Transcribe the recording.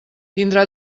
tindrà